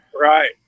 Right